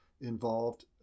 involved